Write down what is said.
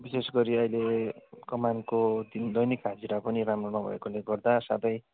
विशेष गरी अहिले कमानको दिन दैनिक हाजिरा पनि राम्रो नभएकोले गर्दा साथै